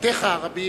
ולשבטיך הרבים,